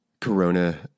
Corona